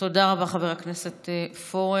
תודה רבה, חבר הכנסת פורר.